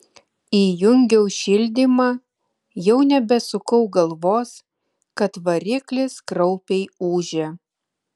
įjungiau šildymą jau nebesukau galvos kad variklis kraupiai ūžia